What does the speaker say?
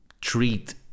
treat